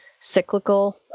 cyclical